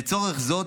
לצורך זאת,